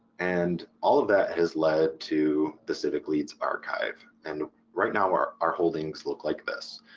and all of that has led to the civicleads archive and right now our our holdings look like this.